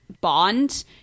bond